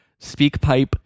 SpeakPipe